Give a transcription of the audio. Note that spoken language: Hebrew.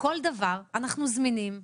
כל דבר - אנחנו זמינים,